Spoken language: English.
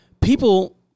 people